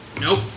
Nope